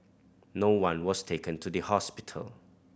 no one was taken to the hospital